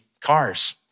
cars